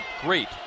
great